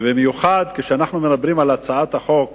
במיוחד כשאנחנו מדברים על הצעת החוק